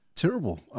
Terrible